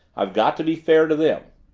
i've got to be fair to them.